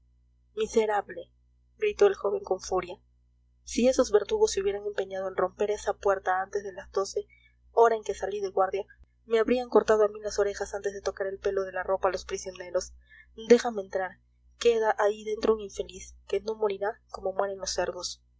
miserable gritó el joven con furia si esos verdugos se hubieran empeñado en romper esa puerta antes de las doce hora en que salí de guardia me habrían cortado a mí las orejas antes de tocar el pelo de la ropa a los prisioneros déjame entrar queda ahí dentro un infeliz que no morirá como mueren los cerdos